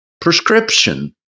prescription